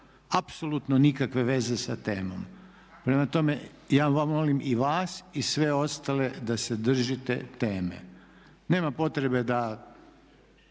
Apsolutno nikakve veze sa temom. Prema tome, ja molim i vas i sve ostale da se držite teme. Nema potrebe da